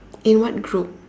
in what group